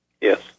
Yes